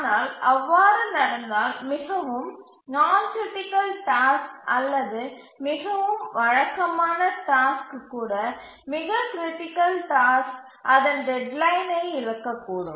ஆனால் அவ்வாறு நடந்தால் மிகவும் நான் கிரிட்டிக்கல் டாஸ்க் அல்லது மிகவும் வழக்கமான டாஸ்க் கூட மிக கிரிட்டிக்கல் டாஸ்க் அதன் டெட்லைனை இழக்கக்கூடும்